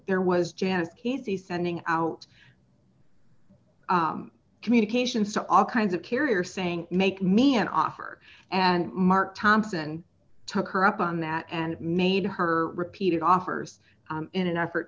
there was janet he sending out communications to all kinds of carrier saying make me an offer and mark thompson took her up on that and made her repeat it offers in an effort